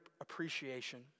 appreciation